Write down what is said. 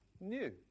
new